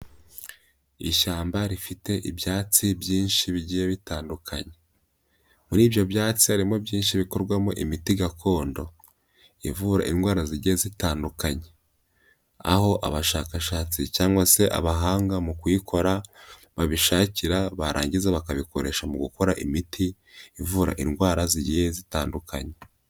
Ishyamba rifite ibyatsi byinshi bigiye bitandukanye, muri ibyo byatsi harimo byinshi bikorwamo imiti gakondo ivura indwara zigiye zitandukanye, aho abashakashatsi cyangwa se abahanga mu kuyikora, babishakira barangiza bakabikoresha mu gukora imiti ivura indwara zigiye zitandukanye.